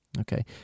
Okay